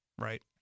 Right